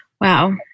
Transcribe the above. Wow